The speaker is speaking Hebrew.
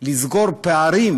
לסגור פערים